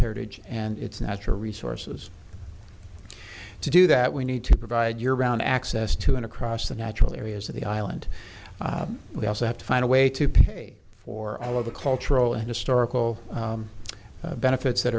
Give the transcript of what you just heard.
heritage and its natural resources to do that we need to provide your ground access to an across the natural areas of the island we also have to find a way to pay for all of the cultural and historical benefits that